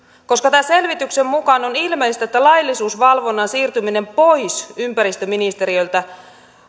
koska tämän selvityksen mukaan on ilmeistä että laillisuusvalvonnan siirtyminen pois ympäristöministeriöltä